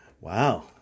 Wow